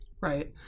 right